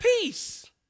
peace